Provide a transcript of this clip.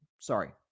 sorry